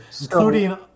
including